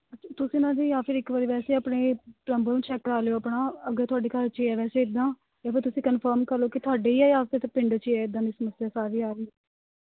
ਤੁਸੀਂ ਨਾ ਜੀ ਜਾਂ ਫਿਰ ਇੱਕ ਵਾਰੀ ਵੈਸੇ ਆਪਣੇ ਪਲੰਬਰ ਨੂੰ ਚੈੱਕ ਕਰਵਾ ਲਉ ਆਪਣਾ ਅਗਰ ਤੁਹਾਡੇ ਘਰ 'ਚ ਹੀ ਹੈ ਵੈਸੇ ਇੱਦਾਂ ਜਾਂ ਫਿਰ ਤੁਸੀਂ ਕਨਫਰਮ ਕਰ ਲਉ ਕਿ ਤੁਹਾਡੇ ਹੀ ਹੈ ਜਾਂ ਫੇਰ ਪਿੰਡ 'ਚ ਹੀ ਹੈ ਇੱਦਾਂ ਦੀ ਸਮੱਸਿਆ ਸਾਰੀ ਆ ਰਹੀ